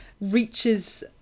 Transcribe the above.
reaches